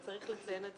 וצריך לציין את זה.